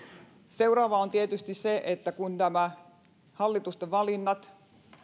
seuraava on tietysti se että nämä hallitusten valinnat